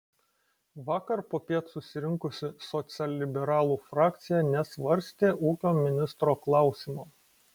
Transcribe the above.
vakar popiet susirinkusi socialliberalų frakcija nesvarstė ūkio ministro klausimo